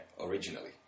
originally